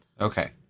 Okay